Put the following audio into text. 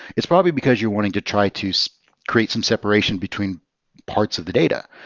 it's probably because you're wanting to try to so create some separation between parts of the data.